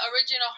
original